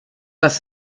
das